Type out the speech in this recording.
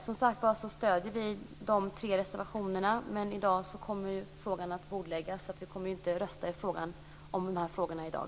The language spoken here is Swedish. Som sagt var stöder vi dessa tre reservationer, men i dag kommer frågan att bordläggas, så vi kommer inte att rösta om de här frågorna i dag.